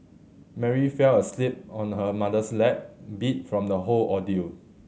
Mary fell asleep on her mother's lap beat from the whole ordeal